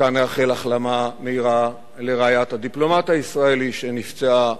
מכאן נאחל החלמה מהירה לרעיית הדיפלומט הישראלי שנפצעה,